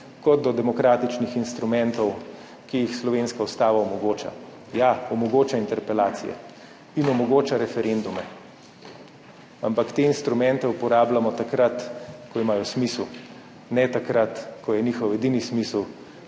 kot do demokratičnih instrumentov, ki jih slovenska ustava omogoča. Ja, omogoča interpelacije in omogoča referendume, ampak te instrumente uporabljamo takrat, ko imajo smisel, ne takrat, ko je njihov edini smisel